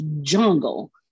jungle